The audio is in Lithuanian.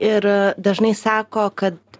ir dažnai sako kad